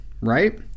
right